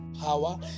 power